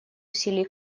усилий